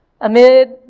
Amid